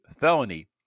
felony